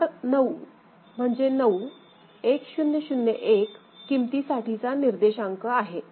R9 म्हणजे 9 किमती साठीचा निर्देशांक आहे